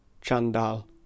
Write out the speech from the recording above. chandal